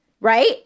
right